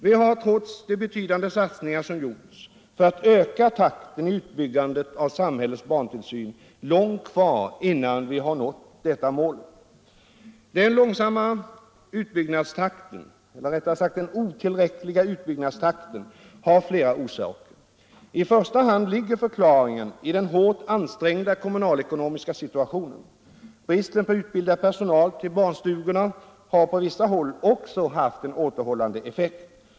Vi har trots de betydande satsningar som gjorts för att öka takten i utbyggandet av samhällets barntillsyn långt kvar innan vi når detta mål. Den otillräckliga utbyggnadstakten har flera orsaker. I första hand ligger förklaringen i den hårt ansträngda kommunalekonomiska situationen. Bristen på utbildad personal i barnstugorna har på vissa håll också haft en återhållande effekt.